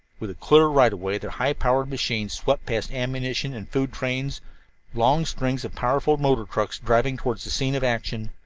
with a clear right-of-way, their high-power machine swept past ammunition and food trains long strings of powerful motor trucks driving toward the scene of action.